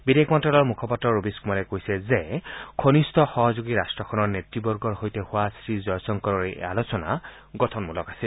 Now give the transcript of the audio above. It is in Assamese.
বিদেশ মন্ত্ৰালয়ৰ মুখপাত্ৰ ৰৱিশ কুমাৰে কৈছে যে ঘনিষ্ঠ সহযোগী ৰাট্টখনৰ নেত়বৰ্গৰ সৈতে হোৱা শ্ৰী জয়শংকৰৰ এই আলোচনা গঠনমূলক আছিল